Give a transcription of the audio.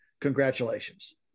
Congratulations